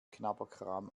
knabberkram